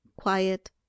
quiet